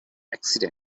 accident